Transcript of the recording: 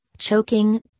choking